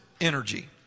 energy